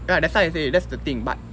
ya that's why I say that's the thing but